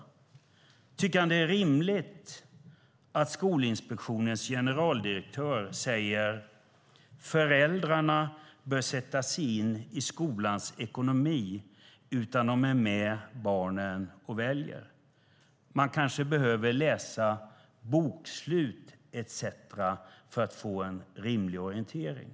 Tycker finansministern att det är rimligt att Skolinspektionens generaldirektör säger: Föräldrarna bör sätta sig in i skolans ekonomi när de är med barnen och väljer. De kanske behöver läsa bokslut etcetera för att få en rimlig orientering.